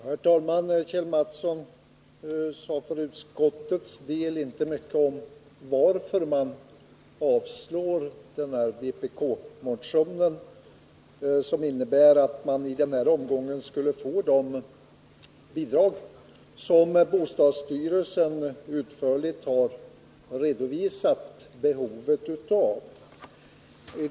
Herr talman! Kjell Mattsson sade inte mycket om varför utskottet vill att riksdagen skall avslå vpk-motionen, som innebär att man i den här omgången skulle få de bidrag som bostadsstyrelsen utförligt har redovisat behovet av.